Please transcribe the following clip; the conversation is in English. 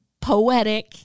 poetic